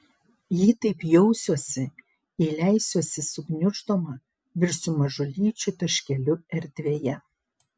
jei taip jausiuosi jei leisiuosi sugniuždoma virsiu mažulyčiu taškeliu erdvėje